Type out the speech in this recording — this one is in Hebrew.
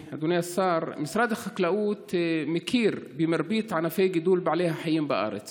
משרד החקלאות מכיר במרבית ענפי גידול בעלי החיים בארץ